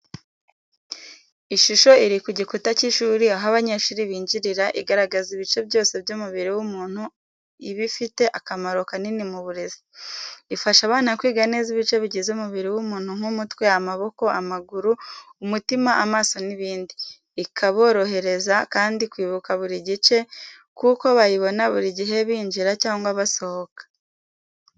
Ishusho iri ku gikuta cy’ishuri aho abanyeshuri binjirira igaragaza ibice byose by’umubiri w’umuntu iba ifite akamaro kanini mu burezi. Ifasha abana kwiga neza ibice bigize umubiri w'umuntu nk'umutwe, amaboko, amaguru, umutima, amaso n’ibindi. Ikaborohereza kandi kwibuka buri gice kuko bayibona buri gihe binjira cyangwa basohoka.